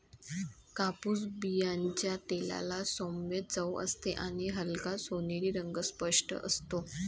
कापूस बियांच्या तेलाला सौम्य चव असते आणि हलका सोनेरी रंग स्पष्ट असतो